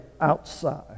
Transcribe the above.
outside